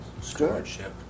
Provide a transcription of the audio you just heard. Stewardship